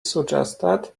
suggested